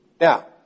Now